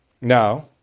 now